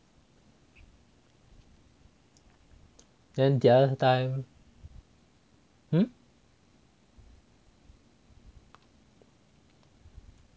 then the other time